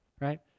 right